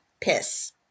piss